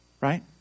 right